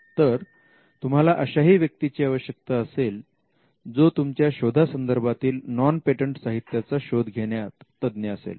तर तुम्हाला अशाही व्यक्तीची आवश्यकता असेल जो तुमच्या शोधा संदर्भातील नॉन पेटंट साहित्याचा शोध घेण्यात तज्ञ असेल